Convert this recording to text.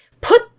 put